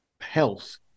health